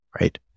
right